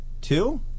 Two